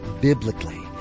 biblically